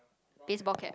baseball cap